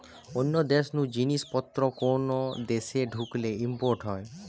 অন্য দেশ নু জিনিস পত্র কোন দেশে ঢুকলে ইম্পোর্ট হয়